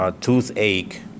toothache